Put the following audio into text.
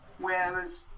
Whereas